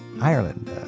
Ireland